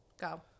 go